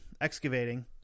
excavating